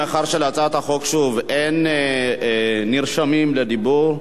מאחר שלהצעת החוק, שוב, אין נרשמים לדיבור,